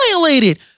violated